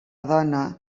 dona